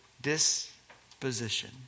disposition